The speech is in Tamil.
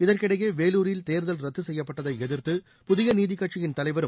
இதற்கிடையே வேலூரில் தேர்தல் ரத்து செய்யப்பட்டதை எதிர்த்து புதிய நீதிக் கட்சியின் தலைவரும்